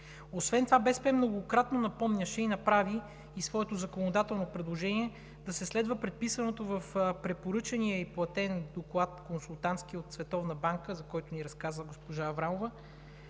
Освен това БСП многократно напомняше и направи и своето законодателно предложение да се следва предписаното в препоръчания и платен консултантски доклад от Световната банка, за който ни разказа госпожа Аврамова,